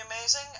amazing